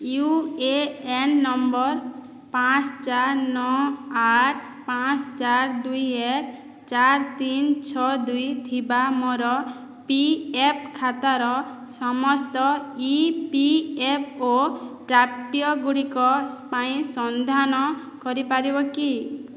you A N ନମ୍ବର ପାଞ୍ଚ ଚାରି ନଅ ଆଠ ପାଞ୍ଚ ଚାରି ଦୁଇ ଏକ ଚାରି ତିନି ଛଅ ଦୁଇ ଥିବା ମୋର ପି ଏଫ୍ ଖାତାର ସମସ୍ତ ଇ ପି ଏଫ୍ ଓ ପ୍ରାପ୍ୟ ଗୁଡ଼ିକ ପାଇଁ ସନ୍ଧାନ କରିପାରିବ କି